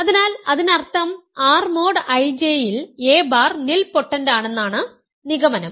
അതിനാൽ അതിനർത്ഥം R mod IJ യിൽ a ബാർ നിൽപോട്ടന്റാണെന്നാണ് നിഗമനം